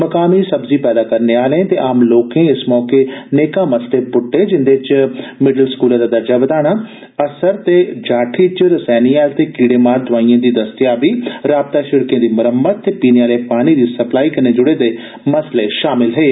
मुकामी सब्जी पैदा करने आलें ते आम लोकें इस मौके नेकां मसले पुट्टे जिन्दे च मिड्डल स्कूलै दा दर्जा बदाने अस्सर ते जाठी च रसैनी हैल ते कीड़ेमार दवायें दी दस्तयाबी राबता सड़कें दी मरम्मत ते पीने आले पानी दी सप्लाई कन्नै जुड़े दे मसले शामल हे